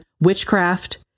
witchcraft